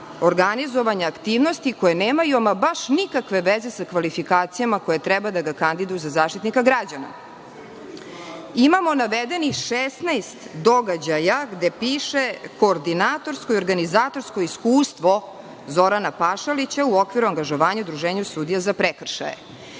organizovanja aktivnosti koje nemaju ama baš nikakve veze sa kvalifikacijama koje treba da ga kandiduju za Zaštitnika građana. Imamo navedenih 16 događaja, gde piše koordinatorsko i organizatorsko iskustvo Zorana Pašalića u okviru angažovanja u Udruženju sudija za prekršaje.